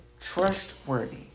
trustworthy